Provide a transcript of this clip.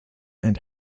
and